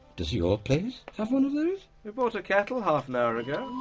does your place have one of those? we bought a kettle half an hour ago.